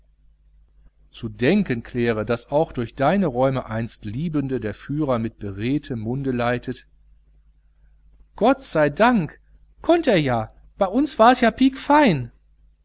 zu denken claire daß auch durch deine räume einst liebende der führer mit beredtem munde leitet gott sei dank konnt er ja bei uns war es piekfein